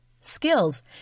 skills